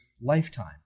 lifetime